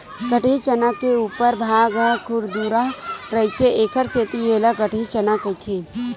कटही चना के उपर भाग ह खुरदुरहा रहिथे एखर सेती ऐला कटही चना कहिथे